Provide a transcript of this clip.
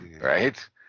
Right